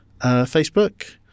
Facebook